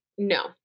No